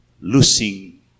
losing